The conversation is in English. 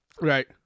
Right